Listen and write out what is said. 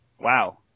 Wow